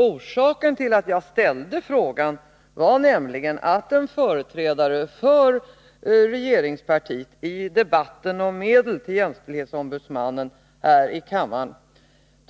Orsaken till att jag ställde frågan var nämligen att en företrädare för regeringspartiet i debatten om medel till jämställdhetsombudsmannen här i kammaren